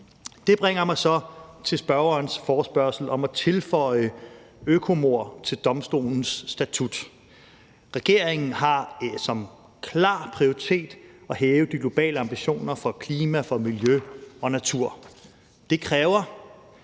Det bringer mig så til forespørgerens forespørgsel om at tilføje økomord til domstolens statut. Regeringen har som klar prioritet at hæve de globale ambitioner for klima, for miljø og natur. Det kræver